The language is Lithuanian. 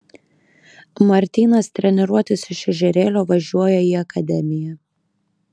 martynas treniruotis iš ežerėlio važiuoja į akademiją